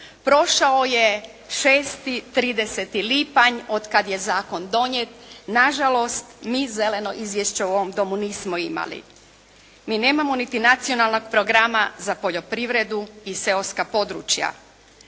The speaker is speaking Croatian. Prošao je šesti 30. lipanj od kada je zakon donijet. Nažalost mi zeleno izvješće u ovom domu Domu nismo imali. Mi nemamo niti nacionalnog programa za poljoprivredu i seoska područja.